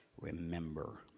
remember